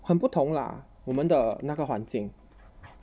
很不同 lah 我们的那个环境